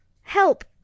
help